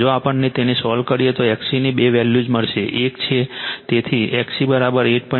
જો આપણે તેને સોલ્વ કરીએ તો XC ની બે વેલ્યુઝ મળશે એક છે તેથી XC8